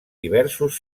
diversos